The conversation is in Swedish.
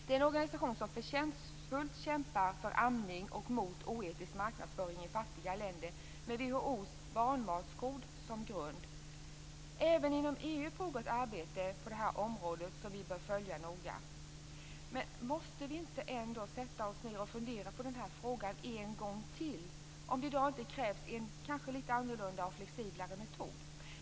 Det är en organisation som förtjänstfullt kämpar för amning och mot oetisk marknadsföring i fattiga länder med WHO:s barnmatskod som grund. Även inom EU pågår ett arbete på området som vi bör följa noga. Måste vi ändå inte sätta oss ned och fundera över frågan en gång till, om det i dag inte krävs en annorlunda och mer flexibel metod?